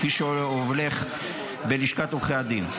כפי שהולך בלשכת עורכי הדין,